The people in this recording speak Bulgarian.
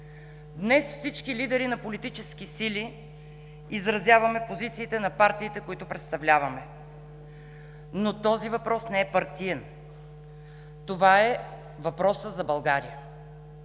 Днес всички лидери на политически сили изразяваме позициите на партиите, които представляваме, но този въпрос не е партиен. Това е въпросът за България!